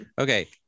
Okay